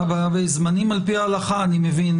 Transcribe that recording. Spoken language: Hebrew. לפי ההלכה אני מבין.